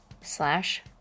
slash